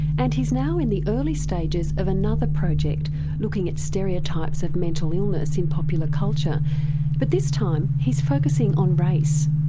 and he's now in the early stages of another project looking at stereotypes of mental illness in popular culture but this time, he's focussing on race.